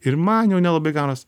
ir man jau nelabai gaunas